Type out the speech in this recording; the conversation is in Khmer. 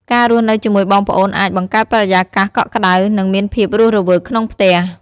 ការរស់នៅជាមួយបងប្អូនអាច បង្កើតបរិយាកាសកក់ក្ដៅ និងមានភាពរស់រវើកក្នុងផ្ទះ។